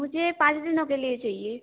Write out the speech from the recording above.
मुझे पाँच दिनों के लिए चाहिए